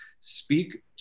speak